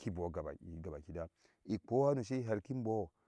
kin mbo gaba gabakideya ikpo hano shi her ki bo.